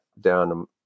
down